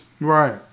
Right